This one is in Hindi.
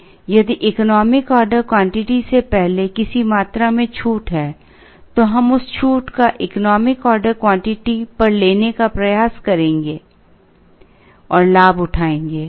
इसलिए यदि इकोनॉमिक ऑर्डर क्वांटिटी से पहले किसी मात्रा में छूट है तो हम उस छूट का इकोनॉमिक ऑर्डर क्वांटिटी पर लेने का प्रयास करेंगे और लाभ उठाएंगे